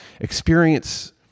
experience